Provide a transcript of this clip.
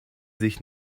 sich